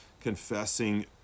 confessing